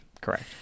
Correct